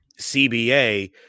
CBA